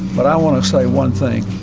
but i want to say one thing